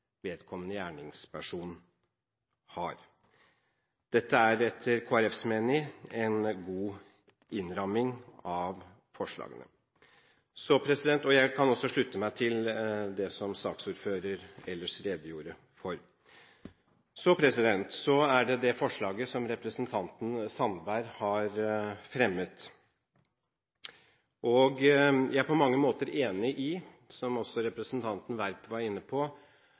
vedkommende gjerningsperson har. Dette er etter Kristelig Folkepartis mening en god innramming av forslagene, og jeg kan også slutte meg til det som saksordføreren ellers redegjorde for. Så til det forslaget som representanten Sandberg har fremmet: Jeg er på mange måter enig – som også representanten Werp var inne på